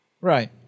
Right